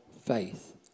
faith